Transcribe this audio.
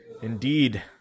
Indeed